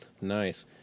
nice